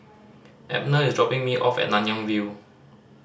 Abner is dropping me off at Nanyang View